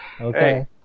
Okay